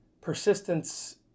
persistence